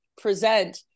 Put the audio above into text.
present